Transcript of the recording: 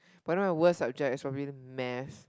but then my worst subject is probably the math